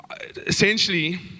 essentially